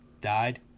died